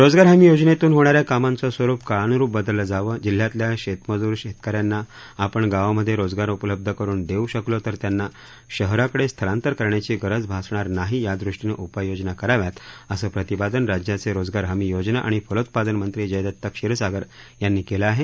रोजगार हमी योजनेतून होणाऱ्या कामांचं स्वरूप काळानुरूप बदललं जावं जिल्ह्यातल्या शेतमजूर शेतकऱ्यांना आपण गावामध्ये रोजगार उपलब्ध करून देऊ शकलो तर त्यांना शहराकडे स्थलांतर करण्याची गरज भासणार नाही यादृष्टीनं उपाययोजना कराव्यात असं प्रतिपादन राज्याचे रोजगार हमी योजना आणि फलोत्पादन मंत्री जयदत्त क्षीरसागर यांनी केलं आहे